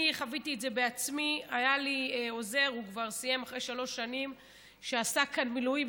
אני חוויתי את זה בעצמי: היה לי עוזר שעשה כאן מילואים,